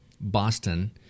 Boston